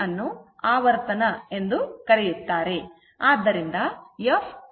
ಆದ್ದರಿಂದ f ಆವರ್ತನ ಮತ್ತು ω 2πf ಗೆ ಸಮಾನವಾಗಿರುತ್ತದೆ